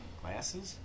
glasses